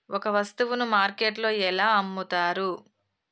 ఒక వస్తువును మార్కెట్లో ఎలా అమ్ముతరు?